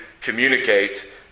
communicate